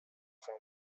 from